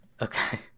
Okay